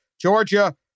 Georgia